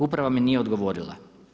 Uprava mi nije odgovorila.